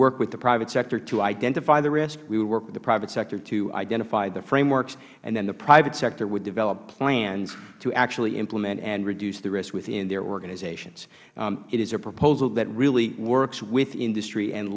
work with the private sector to identify the risk we would work with the private sector to identify the frameworks and then the private sector would develop plans to actually implement and reduce the risk within their organizations it is a proposal that really works with industry and